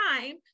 time